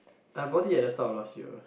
I bought it at the start of last year